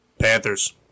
Panthers